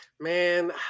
Man